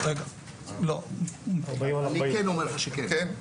אני אתקן,